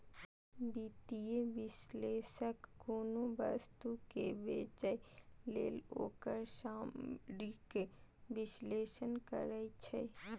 वित्तीय विश्लेषक कोनो वस्तु कें बेचय लेल ओकर सामरिक विश्लेषण करै छै